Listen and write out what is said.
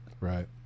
Right